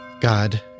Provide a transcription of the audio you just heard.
God